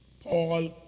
Paul